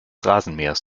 rasenmähers